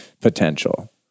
potential